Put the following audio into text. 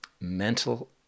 mental